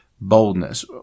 boldness